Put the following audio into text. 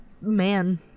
man